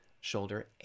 shoulder